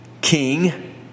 king